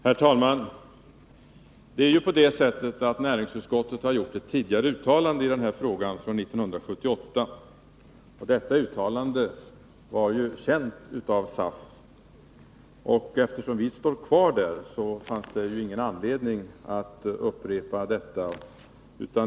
Herr talman! Näringsutskottet har ju gjort ett uttalande i denna fråga 1978, något som även var känt av SAF. Eftersom vi står kvar vid detta uttalande, fanns det ingen anledning att upprepa det.